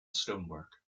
stonework